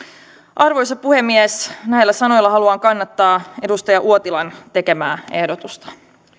arvoisa puhemies näillä sanoilla haluan kannattaa edustaja uotilan tekemää ehdotusta